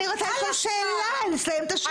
אני רוצה לשאול שאלה, לסיים את השאלה.